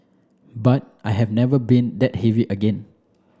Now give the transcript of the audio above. but I have never been that heavy again